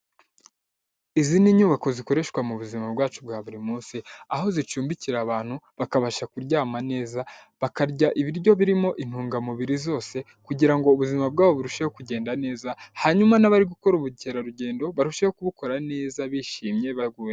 Izi ni nyubako zikoreshwa mu buzima bwacu bwa buri munsi aho zicumbikira abantu bakabasha kuryama neza bakarya ibiryo birimo intungamubiri zose kugira ngo ubuzima bwabo burusheho kugenda neza, hanyuma n'abari gukora ubukerarugendo barusheho kubukora neza bishimye baguye neza.